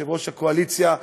יושב-ראש הקואליציה,